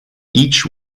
each